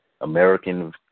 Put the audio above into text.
American